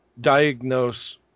diagnose